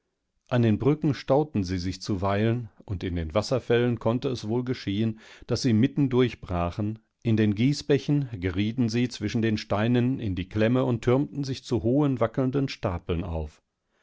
an den brücken stauten sie sich zuweilen undindenwasserfällenkonnteeswohlgeschehen daßsiemitten durch brachen in den gießbächen gerieten sie zwischen den steinen in die klemme und türmten sich zu hohen wackelnden stapeln auf